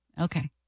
Okay